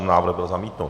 Návrh byl zamítnut.